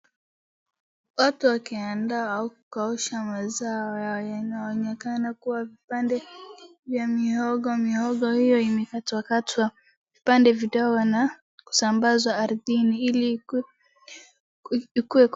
Watu wakiandaa au kukausha mazao yao. Inaonekana kuwa vipande vya mihogo, mihogo hiyo imekatwakatwa vipande vidogo na kusambazwa ardhini ili ikuwe.